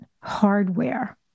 hardware